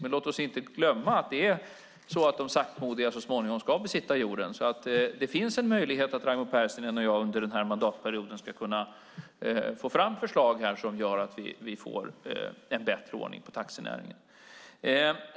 Men låt oss inte glömma att det så småningom är de saktmodiga som ska besitta jorden. Det finns därför en möjlighet att Raimo Pärssinen och jag under denna mandatperiod ska kunna få fram förslag som gör att vi får en bättre ordning på taxinäringen.